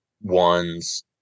ones